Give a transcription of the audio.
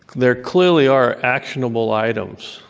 there clearly are actionable items